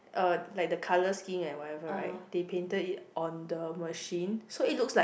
uh like the color scheme like whatever right they painted it on the machine so it looks like